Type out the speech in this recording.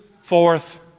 forth